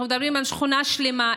אנחנו מדברים על שכונה שלמה.